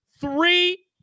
three